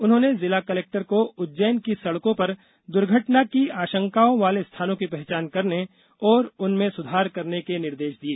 उन्होंने जिला कलेक्टर को उज्जैन की सड़कों पर दुर्घटना की आशंकाओं वाले स्थानों की पहचान करने और उनमें सुधार करने के निर्देश दिये